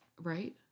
Right